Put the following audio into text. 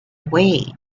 wii